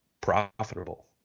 profitable